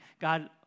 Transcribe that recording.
God